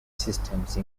systems